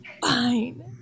fine